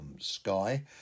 Sky